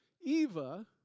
Eva